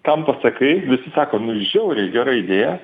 kam pasakai visi sako nu žiauriai gera idėja